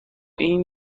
این